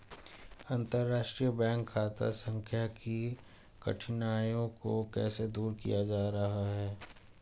अंतर्राष्ट्रीय बैंक खाता संख्या की कठिनाइयों को कैसे दूर किया जा रहा है?